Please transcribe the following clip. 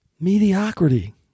Mediocrity